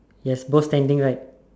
yes both standing right